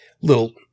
Little